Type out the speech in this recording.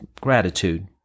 gratitude